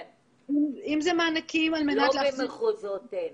לא במחוזותינו.